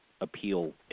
appeal